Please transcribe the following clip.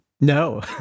No